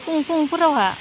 फुं फुंफोरावहा